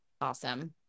awesome